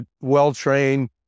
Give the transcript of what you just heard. well-trained